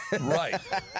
Right